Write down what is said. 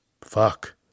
Fuck